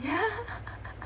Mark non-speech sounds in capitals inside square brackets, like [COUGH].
yeah [LAUGHS]